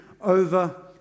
over